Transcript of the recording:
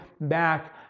back